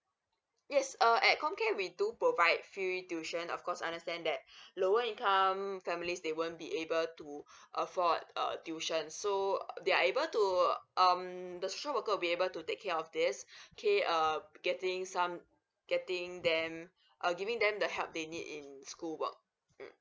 yes err at comcare we do provide free tuition of course understand that lower income families they won't be able to afford uh tuition so they are able to um the social worker will be able to take care of this okay err getting some getting them uh giving them the help they need in school work mm